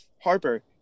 Harper